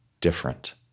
different